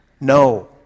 No